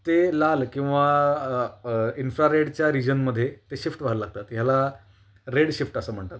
ते लाल किंवा इन्फ्रारेडच्या रिजनमध्ये ते शिफ्ट व्हायला लागतात ह्याला रेड शिफ्ट असं म्हणतात